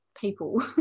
people